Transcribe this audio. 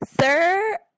Sir